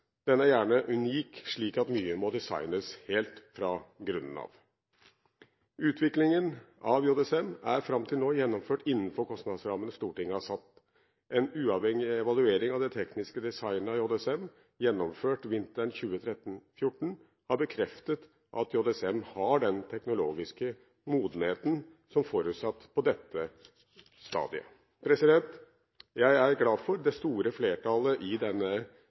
den er gjerne unik, slik at mye må designes helt fra grunnen av. Utviklingen av JSM er fram til nå gjennomført innenfor kostnadsrammene Stortinget har satt. En uavhengig evaluering av det tekniske designet av JSM gjennomført vinteren 20l3–20l4 har bekreftet at JSM har den teknologiske modenheten som forutsatt på dette stadiet. Jeg er glad for det store flertallet i denne